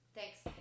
Thanks